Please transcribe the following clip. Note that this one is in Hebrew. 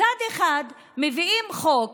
מצד אחד מביאים חוק